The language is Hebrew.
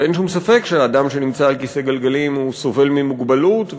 ואין שום ספק שאדם שנמצא על כיסא גלגלים סובל ממוגבלות,